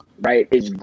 right